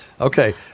Okay